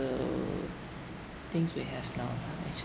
things we have now lah ah